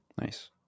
Nice